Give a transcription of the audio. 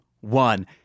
one